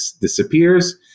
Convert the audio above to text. disappears